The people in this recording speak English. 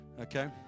Okay